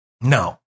No